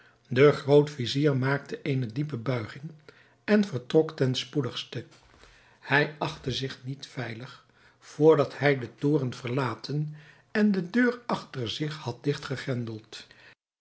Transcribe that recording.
de groot-vizier maakte eene diepe buiging en vertrok ten spoedigste hij achtte zich niet veilig vrdat hij den toren verlaten en de deur achter zich had digt